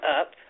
up